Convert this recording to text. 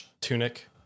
tunic